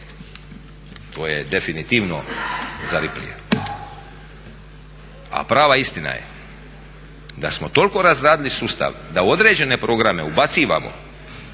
to je definitivno za Ripleya. A prava istina je, da smo toliko razradili sustav da u određene programe ubacujemo